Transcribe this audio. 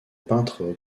peintres